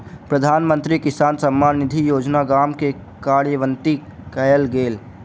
प्रधानमंत्री किसान सम्मान निधि योजना गाम में कार्यान्वित कयल गेल